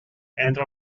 entre